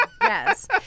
yes